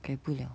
改不了